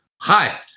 Hi